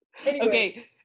okay